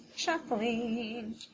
Shuffling